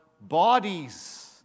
bodies